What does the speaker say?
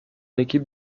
équipe